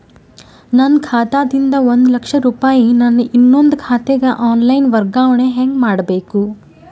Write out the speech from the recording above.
ನನ್ನ ಖಾತಾ ದಿಂದ ಒಂದ ಲಕ್ಷ ರೂಪಾಯಿ ನನ್ನ ಇನ್ನೊಂದು ಖಾತೆಗೆ ಆನ್ ಲೈನ್ ವರ್ಗಾವಣೆ ಹೆಂಗ ಮಾಡಬೇಕು?